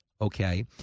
okay